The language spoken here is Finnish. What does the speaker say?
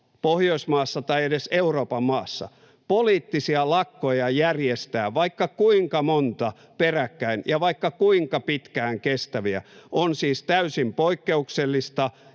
Pohjoismaassa tai edes Euroopan maassa, poliittisia lakkoja järjestää vaikka kuinka monta peräkkäin ja vaikka kuinka pitkään kestäviä, on siis täysin poikkeuksellista,